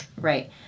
Right